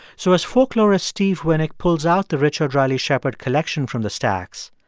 so as folklorist steve winick pulls out the richard riley shepard collection from the stacks,